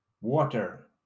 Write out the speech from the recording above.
water